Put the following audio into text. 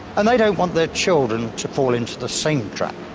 and they don't want there children to fall into the same trap.